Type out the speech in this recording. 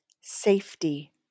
safety